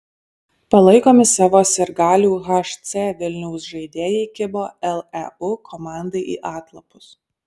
palaikomi savo sirgalių hc vilniaus žaidėjai kibo leu komandai į atlapus